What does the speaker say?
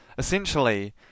Essentially